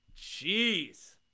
Jeez